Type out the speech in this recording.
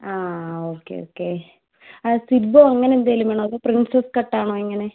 ആ okay okay സിബ്ബോ അങ്ങനെ എന്തെങ്കിലും വേണോ അതോ പ്രിൻസസ് കട്ട് ആണോ എങ്ങനെ